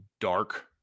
dark